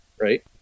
right